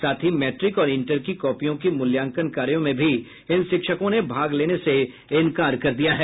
साथ ही मैट्रिक और इंटर की कॉपियों की मूल्यांकन कार्यों में भी इन शिक्षकों ने भाग लेने से इनकार कर दिया है